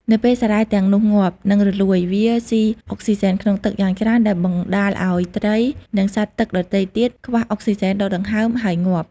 នៅពេលសារ៉ាយទាំងនោះងាប់ និងរលួយ វាស៊ីអុកស៊ីហ្សែនក្នុងទឹកយ៉ាងច្រើន ដែលបណ្តាលឱ្យត្រី និងសត្វទឹកដទៃទៀតខ្វះអុកស៊ីហ្សែនដកដង្ហើម ហើយងាប់។